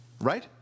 right